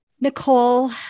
Nicole